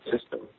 system